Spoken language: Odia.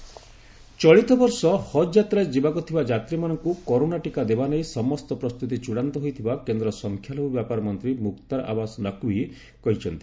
ହଜ୍ କରୋନା ଚଳିତ ବର୍ଷ ହଜ୍ ଯାତ୍ରାରେ ଯିବାକୁ ଥିବା ଯାତ୍ରୀମାନଙ୍କୁ କରୋନା ଟିକା ଦେବା ନେଇ ସମସ୍ତ ପ୍ରସ୍ତୁତି ଚୂଡ଼ାନ୍ତ ହୋଇଥିବା କେନ୍ଦ୍ର ସଂଖ୍ୟାଲଘୁ ବ୍ୟାପାର ମନ୍ତ୍ରୀ ମୁକ୍ତାର ଆବାସ୍ ନକ୍ବୀ କହିଛନ୍ତି